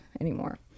anymore